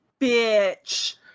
Bitch